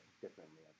differently